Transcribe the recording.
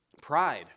Pride